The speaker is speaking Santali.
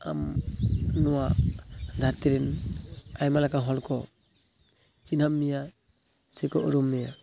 ᱟᱢ ᱱᱚᱣᱟ ᱫᱷᱟᱨᱛᱤᱨᱮᱱ ᱟᱭᱢᱟ ᱞᱮᱠᱟᱱ ᱦᱚᱲᱠᱚ ᱪᱤᱱᱦᱟᱹᱯ ᱢᱮᱭᱟ ᱥᱮ ᱠᱚ ᱩᱨᱩᱢ ᱢᱮᱭᱟ